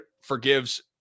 forgives